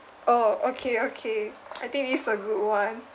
oh okay okay I think this is a good one